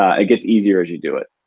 ah it gets easier to do it.